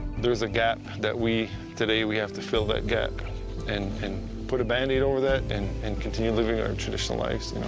there's a gap that we, today we have to fill that gap and and put a band aid over that and and continue living our traditional lives.